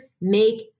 make